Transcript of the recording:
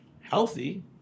healthy